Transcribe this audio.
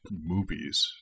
movies